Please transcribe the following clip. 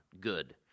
Good